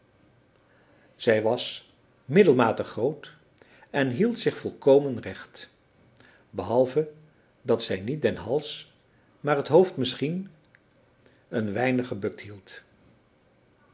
zij was middelmatig groot en hield zich volkomen recht behalve dat zij niet den hals maar het hoofd misschien een weinig gebukt hield